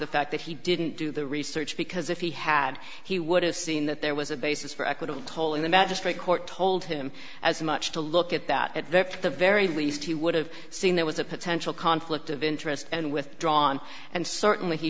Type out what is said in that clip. the fact that he didn't do the research because if he had he would have seen that there was a basis for equitable toll in the magistrate court told him as much to look at that at the very least he would have seen there was a potential conflict of interest and withdrawn and certainly he